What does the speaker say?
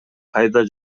кайда